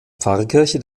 pfarrkirche